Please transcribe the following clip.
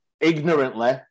ignorantly